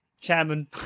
chairman